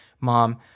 mom